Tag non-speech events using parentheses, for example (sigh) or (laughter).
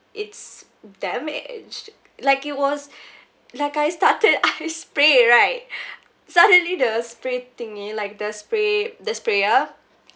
it's damaged like it was (breath) like I started (laughs) I spray right (breath) suddenly the spray thingy like the spray the sprayer